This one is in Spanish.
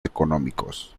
económicos